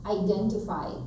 identify